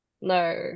No